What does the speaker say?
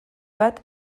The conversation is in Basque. bat